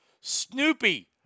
Snoopy